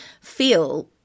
feel